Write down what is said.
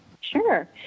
Sure